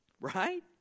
Right